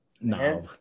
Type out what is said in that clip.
no